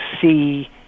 see